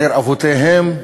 עיר אבותיהם,